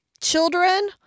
children